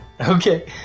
Okay